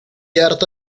harta